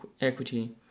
equity